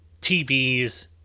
TVs